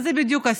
זה בדיוק הסיפור.